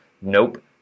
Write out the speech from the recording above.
nope